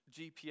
GPS